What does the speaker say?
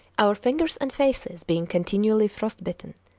our fingers and faces being continually frostbitten.